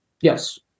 Yes